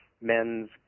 men's